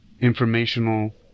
informational